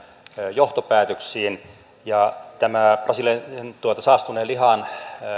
johtopäätöksiin ja tämä brasilialaisen saastuneen lihan